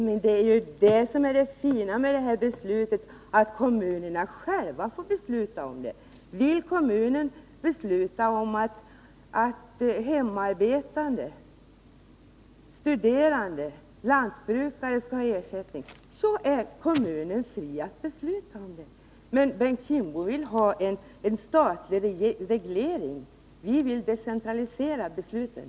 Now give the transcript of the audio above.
Men det är ju det som är det fina med detta förslag att kommunerna själva får bestämma. Vill kommunen besluta om att hemarbetande, studerande och lantbrukare skall få ersättning, är kommunen fri att besluta om detta. Men Bengt Kindbom vill ha en statlig reglering. Vi vill decentralisera besluten.